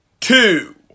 two